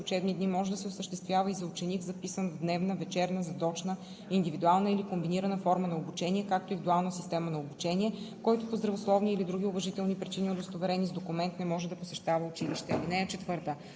учебни дни може да се осъществява и за ученик, записан в дневна, вечерна, задочна, индивидуална или комбинирана форма на обучение, както и в дуална система на обучение, който по здравословни или други уважителни причини, удостоверени с документ, не може да посещава училище. (4) При